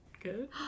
good